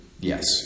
Yes